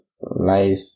life